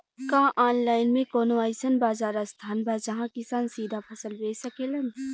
का आनलाइन मे कौनो अइसन बाजार स्थान बा जहाँ किसान सीधा फसल बेच सकेलन?